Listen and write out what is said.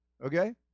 Okay